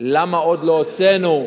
למה עוד לא הוצאנו,